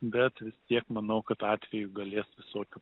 bet vis tiek manau kad atvejų galės visokių